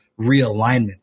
realignment